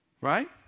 Right